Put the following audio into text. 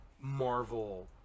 Marvel